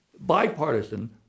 bipartisan